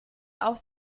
auf